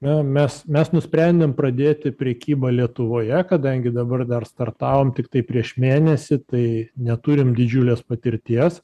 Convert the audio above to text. na mes mes nusprendėm pradėti prekybą lietuvoje kadangi dabar dar startavom tiktai prieš mėnesį tai neturim didžiulės patirties